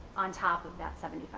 on top of that seventy